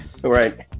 right